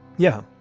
yeah.